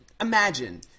Imagine